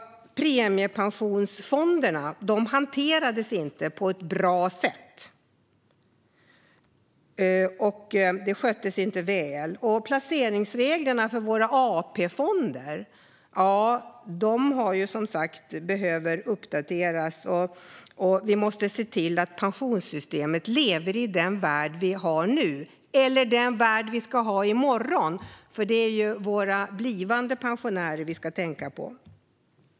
Premiepensionsfonderna hanterades inte på ett bra sätt. De sköttes inte väl, och placeringsreglerna för våra AP-fonder behöver nu uppdateras. Vi måste se till att pensionssystemet fungerar i den värld vi ska ha i morgon, för det är ju våra blivande pensionärer vi ska tänka på.